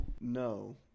No